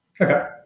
Okay